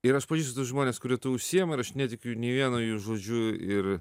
ir aš pažįstu tuos žmones kurie tuo užsiima ir aš netikiu jų nė vieno jų žodžiu ir